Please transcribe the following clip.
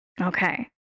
Okay